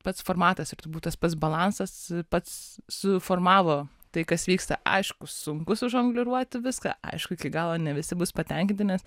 pats formatas ir turbūt tas pats balansas pats suformavo tai kas vyksta aišku sunku sužangliruoti viską aišku iki galo ne visi bus patenkinti nes